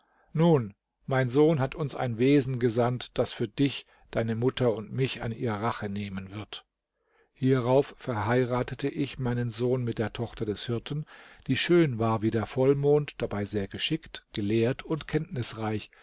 nun mein sohn hat uns ein wesen gesandt das für dich deine mutter und mich an ihr rache nehmen wird hierauf verheiratete ich meinen sohn mit der tochter des hirten die schön war wie der vollmond dabei sehr geschickt gelehrt und kenntnisreich